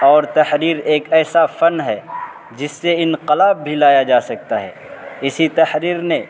اور تحریر ایک ایسا فن ہے جس سے انقلاب بھی لایا جا سکتا ہے اسی تحریر نے